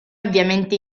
ovviamente